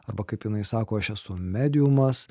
arba kaip jinai sako aš esu mediumas